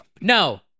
No